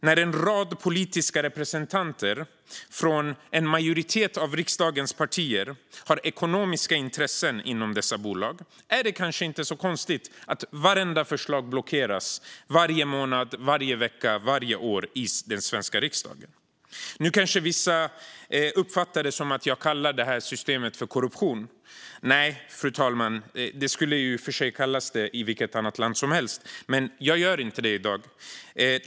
När en rad politiska representanter från en majoritet av riksdagens partier har ekonomiska intressen i dessa bolag är det kanske inte så konstigt att vartenda förslag blockeras varje vecka, varje månad och varje år i den svenska riksdagen. Nu kanske vissa uppfattar det som att jag kallar det här systemet korruption. Nej, fru talman. Det skulle i och för sig kallas det i vilket annat land som helst, men jag gör inte det i dag.